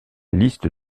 liste